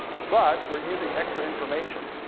but we're using extra information.